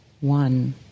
one